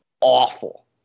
awful